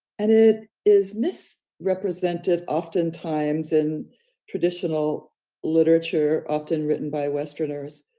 and it is misrepresented oftentimes in traditional literature often written by westerners.